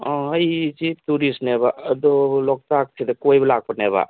ꯑꯥ ꯑꯩꯁꯤ ꯇꯨꯔꯤꯁꯅꯦꯕ ꯑꯗꯣ ꯂꯣꯛꯇꯥꯛꯁꯤꯗ ꯀꯣꯏꯕ ꯂꯥꯛꯄꯅꯦꯕ